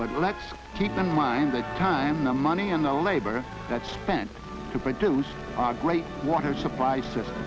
let's keep in mind the time the money and the labor that's spent to produce our great water supply system